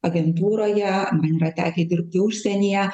agentūroje yra tekę dirbti užsienyje